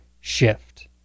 shift